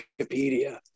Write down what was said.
Wikipedia